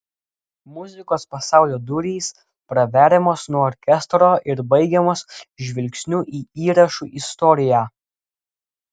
muzikos pasaulio durys praveriamos nuo orkestro ir baigiamos žvilgsniu į įrašų istoriją